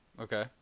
Okay